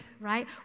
right